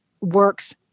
works